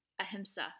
ahimsa